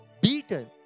beaten